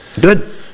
Good